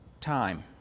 time